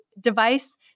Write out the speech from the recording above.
device